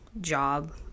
job